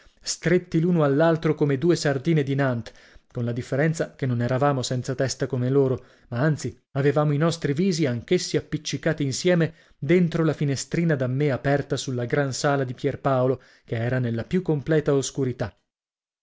stretti l'uno all'altro come due sardine di nantes con la differenza che non eravamo senza testa come loro ma anzi avevamo i nostri visi anch'essi appiccicati insieme dentro la finestrina da me aperta sulla gran sala di pierpaolo che era nella più completa oscurità